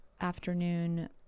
afternoon